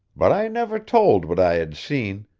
but i never told what i had seen,